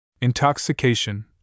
Intoxication